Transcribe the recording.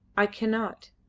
i cannot,